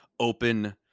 open